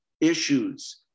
issues